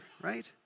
right